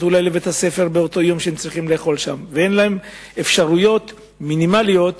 לבית-הספר ואין להם אפשרויות מינימליות